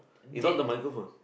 you talk to microphone